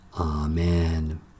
Amen